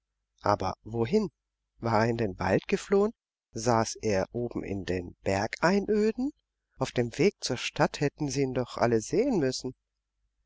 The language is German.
aber wohin war er in den wald geflohen saß er oben in den bergeinöden auf dem weg zur stadt hätten sie ihn doch alle sehen müssen